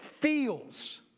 feels